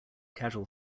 casual